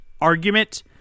argument